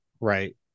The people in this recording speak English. right